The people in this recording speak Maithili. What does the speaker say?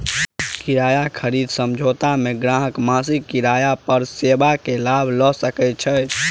किराया खरीद समझौता मे ग्राहक मासिक किराया पर सेवा के लाभ लय सकैत छै